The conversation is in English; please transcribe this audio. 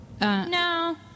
No